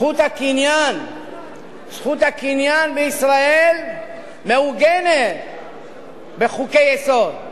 הקניין בישראל מעוגנת בחוקי-יסוד.